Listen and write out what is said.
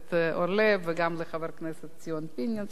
הכנסת אורלב וגם לחבר הכנסת ציון פיניאן,